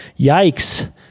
yikes